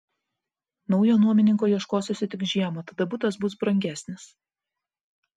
naujo nuomininko ieškosiuosi tik žiemą tada butas bus brangesnis